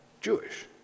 Jewish